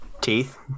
Teeth